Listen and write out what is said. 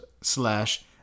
slash